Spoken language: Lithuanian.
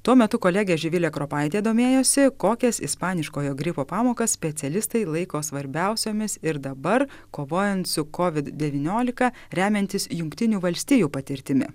tuo metu kolegė živilė kropaitė domėjosi kokias ispaniškojo gripo pamokas specialistai laiko svarbiausiomis ir dabar kovojant su kovid devyniolika remiantis jungtinių valstijų patirtimi